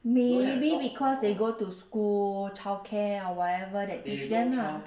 maybe because they go to school childcare or whatever that teach them ah